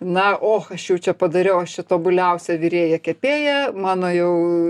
na och aš jau čia padariau aš čia tobuliausia virėja kepėja mano jau